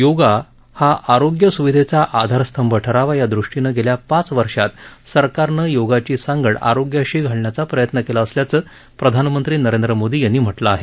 योगा हा आरोग्य सुविधेचा आधारस्तंभ ठरावा यादृष्टीनं गेल्या पाच वर्षात सरकारनं योगाची सांगड आरोग्याशी घालण्याचा प्रयत्न केला असल्याचं प्रधानमंत्री नरेंद्र मोदी यांनी म्हटलं आहे